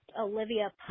Olivia